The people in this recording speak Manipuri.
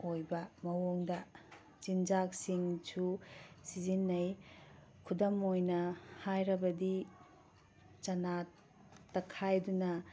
ꯑꯣꯏꯕ ꯃꯑꯣꯡꯗ ꯆꯤꯟꯖꯥꯛꯁꯤꯡꯁꯨ ꯁꯤꯖꯤꯟꯅꯩ ꯈꯨꯗꯝ ꯑꯣꯏꯅ ꯍꯥꯏꯔꯕꯗꯤ ꯆꯅꯥ ꯇꯛꯈꯥꯏꯗꯨꯅ